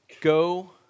go